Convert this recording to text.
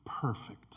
perfect